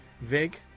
Vig